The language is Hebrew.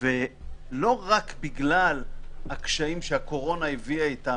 ולא רק בגלל הקשיים שהקורונה הביאה איתה,